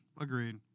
Agreed